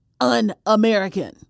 un-American